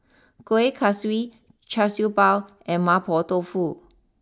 Kuih Kaswi Char Siew Bao and Mapo Tofu